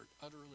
utterly